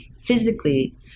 physically